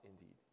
indeed